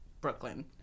Brooklyn